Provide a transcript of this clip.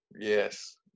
yes